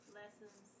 lessons